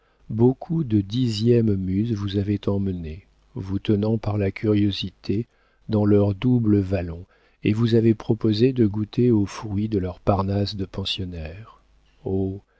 beaucoup de dixièmes muses vous avaient emmené vous tenant par la curiosité dans leurs doubles vallons et vous avaient proposé de goûter aux fruits de leurs parnasses de pensionnaire